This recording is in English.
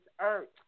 earth